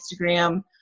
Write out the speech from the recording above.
Instagram